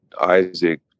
Isaac